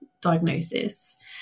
diagnosis